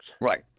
Right